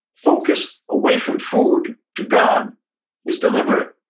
focus away from food to god is deliberate.